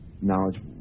knowledge